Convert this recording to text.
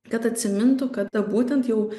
kad atsimintų kada būtent jau